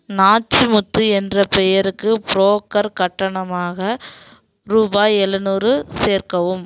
நாச்சிமுத்து என்ற பெயருக்கு ஃப்ரோக்கர் கட்டணமாக ரூபாய் எழுநூறு சேர்க்கவும்